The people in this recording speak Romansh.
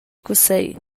cussegl